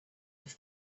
have